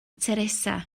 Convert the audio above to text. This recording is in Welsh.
teresa